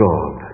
God